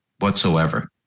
whatsoever